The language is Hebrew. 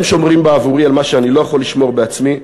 הם שומרים בעבורי על מה שאני לא יכול לשמור בעצמי,